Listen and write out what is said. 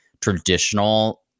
traditional